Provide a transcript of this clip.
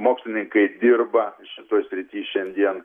mokslininkai dirba šitoj srity šiandien